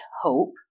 Hope